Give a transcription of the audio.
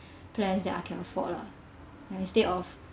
plans that I can afford lah instead of